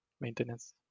maintenance